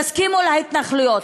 תסכימו להתנחלויות.